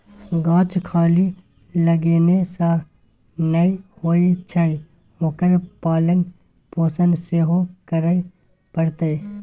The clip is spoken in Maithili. गाछ खाली लगेने सँ नै होए छै ओकर पालन पोषण सेहो करय पड़तै